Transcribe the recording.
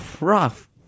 rough